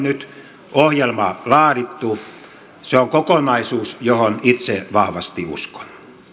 nyt ohjelma laadittu se on kokonaisuus johon itse vahvasti uskon